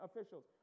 officials